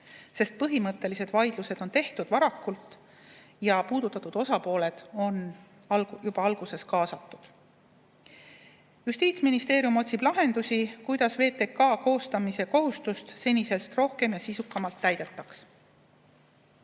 sest põhimõttelised vaidlused on peetud varakult ja puudutatud osapooled on juba alguses olnud kaasatud. Justiitsministeerium otsib lahendusi, kuidas VTK koostamise kohustust senisest rohkem ja sisukamalt täidetaks.